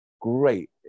great